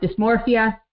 dysmorphia